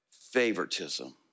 favoritism